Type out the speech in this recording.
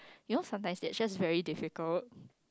you know sometimes that's just very difficult